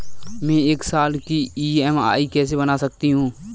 मैं एक साल की ई.एम.आई कैसे बना सकती हूँ?